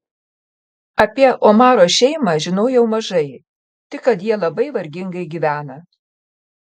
apie omaro šeimą žinojau mažai tik kad jie labai vargingai gyvena